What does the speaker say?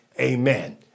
Amen